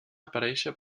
aparèixer